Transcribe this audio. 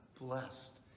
blessed